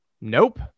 Nope